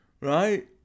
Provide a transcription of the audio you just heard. right